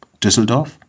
Düsseldorf